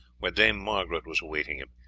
where dame margaret was awaiting him.